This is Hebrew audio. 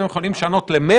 אם אנחנו יכולים לשנות ל-100?